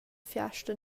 fiasta